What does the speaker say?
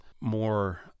more